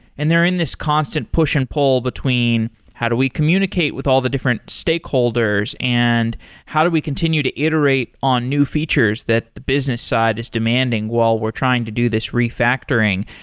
and they're in this constant push and pull between how do we communicate with all the different stakeholders and how do we continue to iterate on new features that the business side is demanding, while we're trying to do this refactoring?